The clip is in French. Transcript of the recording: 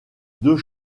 deux